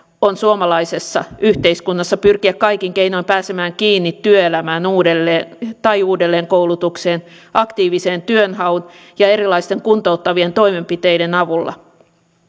on suomalaisessa yhteiskunnassa pyrkiä kaikin keinoin pääsemään kiinni uudelleen työelämään tai uudelleenkoulutukseen aktiivisen työnhaun ja erilaisten kuntouttavien toimenpiteiden avulla